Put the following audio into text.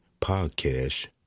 podcast